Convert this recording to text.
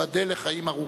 ייבדל לחיים ארוכים.